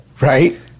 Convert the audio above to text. Right